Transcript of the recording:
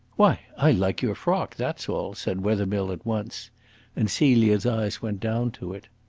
why, i like your frock that's all, said wethermill at once and celia's eyes went down to it.